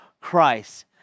Christ